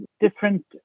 different